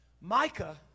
Micah